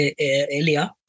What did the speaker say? earlier